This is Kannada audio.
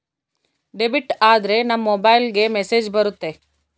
ಡೆಬಿಟ್ ಆದ್ರೆ ನಮ್ ಮೊಬೈಲ್ಗೆ ಮೆಸ್ಸೇಜ್ ಬರುತ್ತೆ